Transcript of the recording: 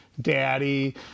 Daddy